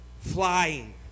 flying